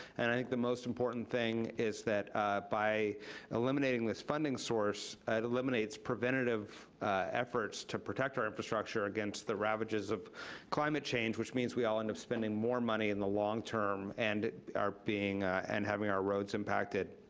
and i think the most important thing is that by eliminating this funding source, it eliminates preventative efforts to protect our infrastructure against the ravages of climate change, which means we all end up spending more money in the long term and our being, and having our roads impacted